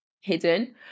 hidden